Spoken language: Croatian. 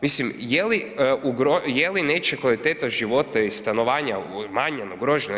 Mislim, je li nečija kvaliteta života i stanovanja umanjena, ugrožena?